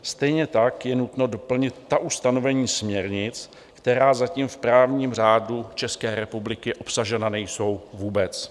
Stejně tak je nutno doplnit ta ustanovení směrnic, která zatím v právním řádu České republiky obsažena nejsou vůbec.